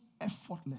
effortless